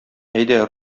әйдә